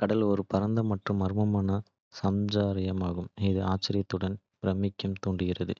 கடல் ஒரு பரந்த மற்றும் மர்மமான சாம்ராஜ்யமாகும், இது ஆச்சரியத்தையும் பிரமிப்பையும் தூண்டுகிறது.